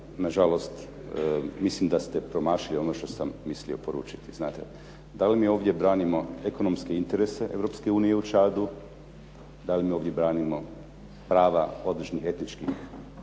na žalost mislim da ste promašili ono što sam mislio poručiti. Znate, da li mi ovdje branimo ekonomske interese Europske unije u Čadu, da li mi ovdje branimo prava određenih etičkih